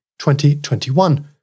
2021